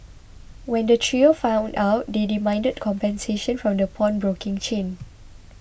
when the trio found out they demanded compensation from the pawnbroking chain